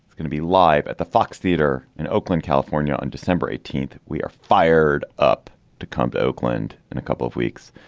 going to be live at the fox theater in oakland, california, on december eighteenth. we are fired up to come to oakland in a couple of weeks.